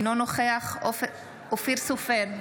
אינו נוכח אופיר סופר,